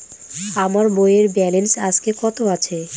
আমার বইয়ের ব্যালেন্স আজকে কত আছে?